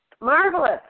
Marvelous